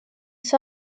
see